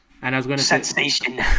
sensation